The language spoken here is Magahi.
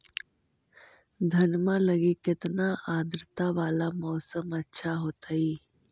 धनमा लगी केतना आद्रता वाला मौसम अच्छा होतई?